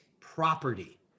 property